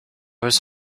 was